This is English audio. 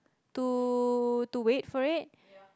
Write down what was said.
to to wait for it